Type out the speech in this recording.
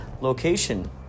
location